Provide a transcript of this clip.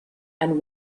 and